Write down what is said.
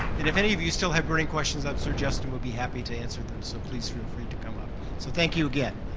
if any of you still have burning questions, i'm sure justin will be happy to answer them. so please feel free to come up. so thank you again.